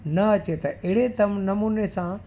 न अचे त अहिड़े तम नमूने सां